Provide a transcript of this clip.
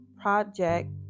project